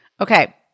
Okay